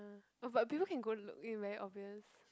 ya but people can go look in very obvious